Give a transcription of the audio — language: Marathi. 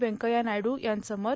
व्यंकय्या नायडू यांचं मत